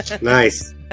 Nice